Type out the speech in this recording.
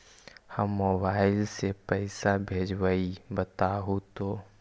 हम मोबाईल से पईसा भेजबई बताहु तो?